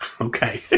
Okay